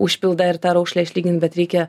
užpildą ir tą raukšlę išlygint bet reikia